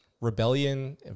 rebellion